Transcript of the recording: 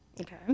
Okay